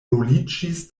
ruliĝis